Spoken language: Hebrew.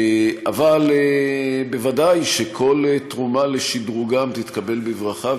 אבל ודאי שכל תרומה לשדרוגם תתקבל בברכה.